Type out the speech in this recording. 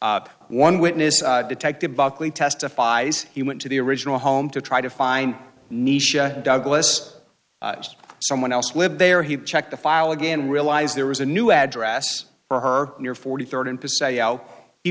that one witness detective buckley testifies he went to the original home to try to find nisha douglas someone else lived there he checked the file again realized there was a new address for her near forty third into say oh he